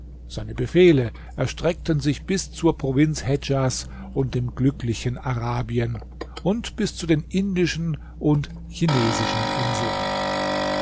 seine befehle erstreckten sich bis zur provinz hedjas und dem glücklichen arabien und bis zu den indischen und chinesischen inseln